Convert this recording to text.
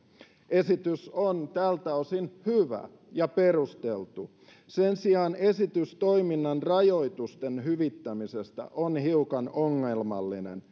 esitys on tältä osin hyvä ja perusteltu sen sijaan esitys toiminnan rajoitusten hyvittämisestä on hiukan ongelmallinen